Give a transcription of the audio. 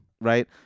Right